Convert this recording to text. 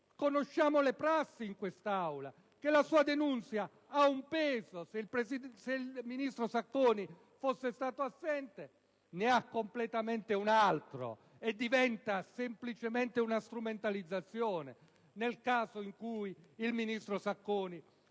conosciamo le prassi in quest'Aula - e che tale denuncia ha un peso se il ministro Sacconi fosse stato assente; ne ha completamente un altro, e diventa semplicemente una strumentalizzazione, nel caso in cui il ministro Sacconi